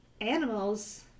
animals